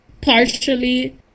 Partially